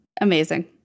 amazing